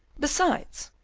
besides,